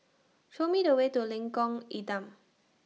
Show Me The Way to Lengkong Enam